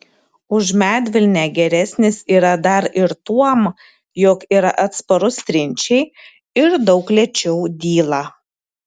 už medvilnę geresnis yra dar ir tuom jog yra atsparus trinčiai ir daug lėčiau dyla